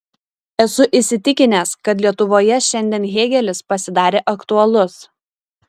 esu įsitikinęs kad lietuvoje šiandien hėgelis pasidarė aktualus